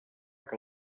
que